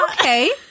Okay